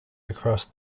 across